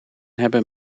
hebben